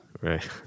Right